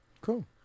Cool